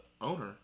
owner